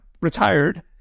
retired